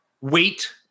weight –